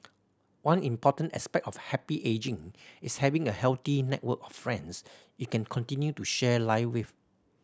one important aspect of happy ageing is having a healthy network of friends you can continue to share life with